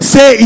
Say